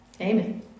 Amen